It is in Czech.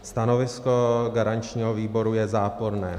Stanovisko garančního výboru je záporné.